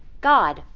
god,